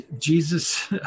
Jesus